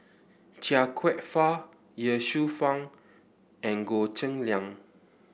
Chia Kwek Fah Ye Shufang and Goh Cheng Liang